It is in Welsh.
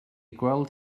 gweld